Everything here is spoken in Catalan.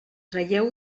traieu